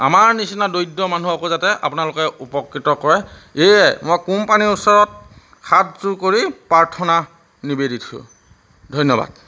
আমাৰ নিচিনা দৰিদ্ৰ মানুহকো যাতে আপোনালোকে উপকৃত কৰে এইয়ে মই কোম্পানীৰ ওচৰত হাতযোৰ কৰি প্ৰাৰ্থনা নিবেদিছোঁ ধন্যবাদ